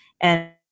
And-